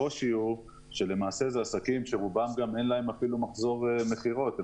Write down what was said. הקושי הוא שלפנינו עסקים שעדיין אין להם מחזור מכירות קבוע.